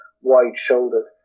wide-shouldered